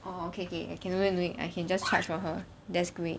oh okay K K no need no need I can just charge for her that's great